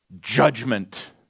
judgment